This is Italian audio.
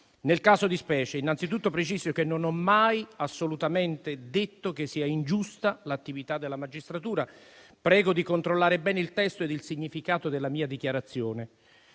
Nel caso di specie, innanzitutto preciso che non ho mai assolutamente detto che sia ingiusta l'attività della magistratura. Prego di controllare bene il testo e il significato della mia dichiarazione.